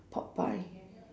pop by